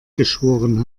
geschworen